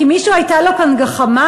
כי מישהו הייתה לו כאן גחמה?